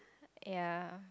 ya